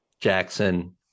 jackson